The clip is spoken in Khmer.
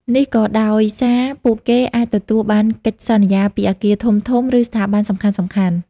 នេះក៏ដោយសារពួកគេអាចទទួលបានកិច្ចសន្យាពីអគារធំៗ ឬស្ថាប័នសំខាន់ៗ។